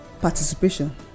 participation